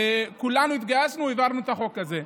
כולנו התגייסנו והעברנו את החוק הזה.